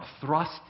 thrust